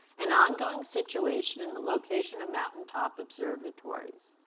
an ongoing situation in the location of mountaintop observatories.